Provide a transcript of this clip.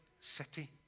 city